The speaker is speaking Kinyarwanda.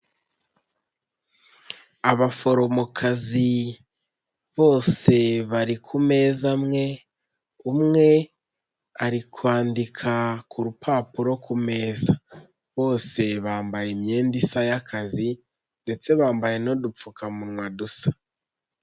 Abaforomokazi bose bari ku meza amwe umwe ari kwandika ku rupapuro ku meza, bose bambaye imyenda isa y'akazi ndetse bambaye n'udupfukamunwa dusa.